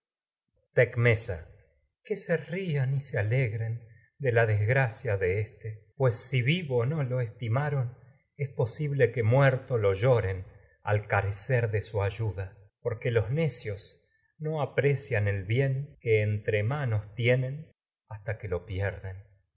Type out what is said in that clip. tecmesa de que si se rían y se no alegren de la desgracia es éste pues vivo lo estimaron su posible que muerto lo lloren al carecer de ayuda porque los ne cios no aprecian el bien que entre manos tienen hasta amargura que me que mi lo pierden